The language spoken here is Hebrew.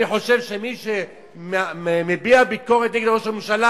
אני חושב שמי שמביע ביקורת נגד ראש הממשלה,